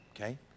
Okay